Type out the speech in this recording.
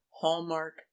Hallmark